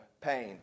pain